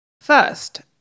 first